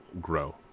grow